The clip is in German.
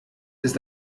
ist